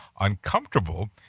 uncomfortable